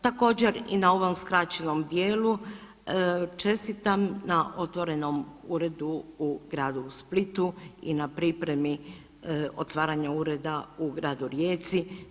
Također, i na ovom skraćenom dijelu, čestitam na otvorenom uredu u gradu Splitu i na pripremi otvaranja ureda u gradu Rijeci.